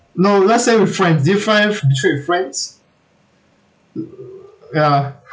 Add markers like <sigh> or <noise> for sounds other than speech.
no let's say we're friends do friends betrayed with friends <noise> ya